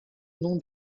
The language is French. nom